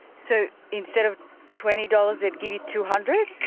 so instead of twenty dollars they'd give you two hundred